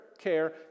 care